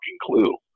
clue